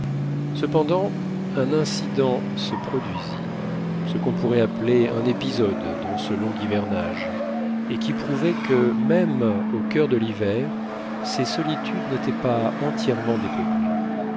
cependant un incident se produisit ce qu'on pourrait appeler un épisode dans ce long hivernage et qui prouvait que même au coeur de l'hiver ces solitudes n'étaient pas entièrement dépeuplées